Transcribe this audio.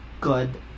good